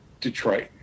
Detroit